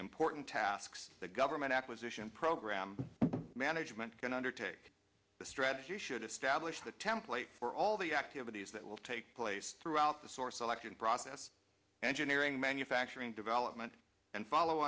important tasks that government acquisition program management can undertake the strategy should establish the template for all the activities that will take place throughout the source selection process engineering manufacturing development and follow